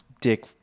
dick